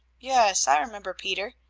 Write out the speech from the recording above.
yes, i remember peter.